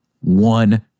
one